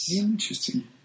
Interesting